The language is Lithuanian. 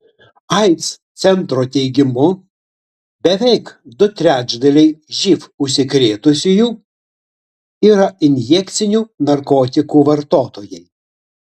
aids centro teigimu beveik du trečdaliai živ užsikrėtusiųjų yra injekcinių narkotikų vartotojai